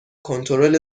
کنترل